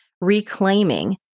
reclaiming